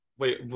Wait